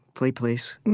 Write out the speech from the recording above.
play place